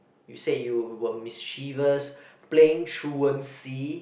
you said you were mischievous playing truancy